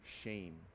shame